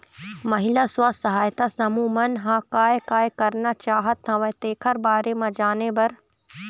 महिला स्व सहायता समूह मन ह काय काय करना चाहत हवय तेखर बारे म जाने बर